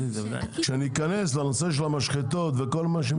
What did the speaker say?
כשאני אכנס לנושא של המשחטות וכל מה שמסביב,